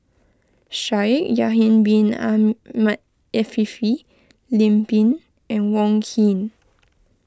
Shaikh Yahya Bin Ahmed Afifi Lim Pin and Wong Keen